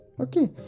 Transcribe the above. Okay